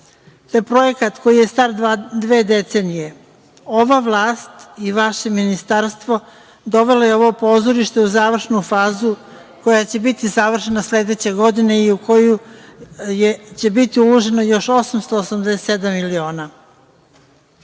to je projekat koji je star dve decenije, ova vlast i vaše Ministarstvo dovelo je ovo pozorište u završnu fazu koja će biti završena sledeće godine i u koju će biti uloženo još 887 miliona.